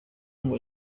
iyo